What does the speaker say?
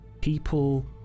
people